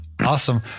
Awesome